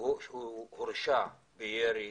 הוא הורשע בירי